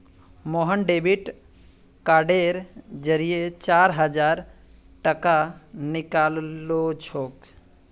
Mohan debit कार्डेर जरिए चार हजार टाका निकलालछोक